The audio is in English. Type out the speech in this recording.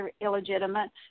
illegitimate